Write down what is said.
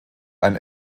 ein